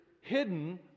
hidden